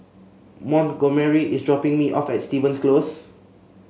montgomery is dropping me off at Stevens Close